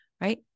right